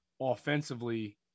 offensively